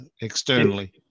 externally